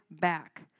back